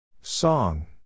Song